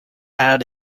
had